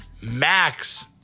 Max